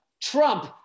Trump